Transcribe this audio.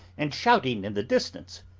and shouting in the distance?